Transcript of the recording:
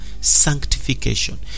sanctification